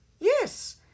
Yes